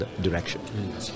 direction